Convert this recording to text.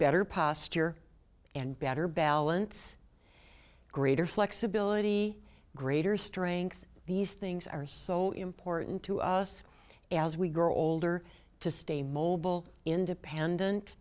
better pastor and better balance greater flexibility greater strength these things are so important to us as we grow older to stay mobile independent